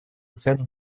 цену